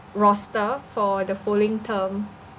roster for the following term